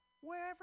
wherever